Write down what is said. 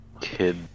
Kid